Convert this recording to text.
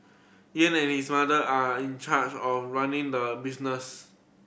Ying and his mother are in charge of running the business